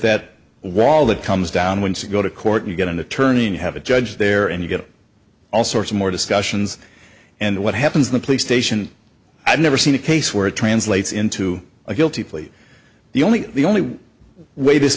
that wall that comes down once you go to court you get an attorney and you have a judge there and you get all sorts of more discussions and what happens in the police station i've never seen a case where it translates into a guilty plea the only the only way this